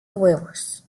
huevos